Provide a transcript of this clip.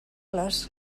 les